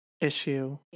issue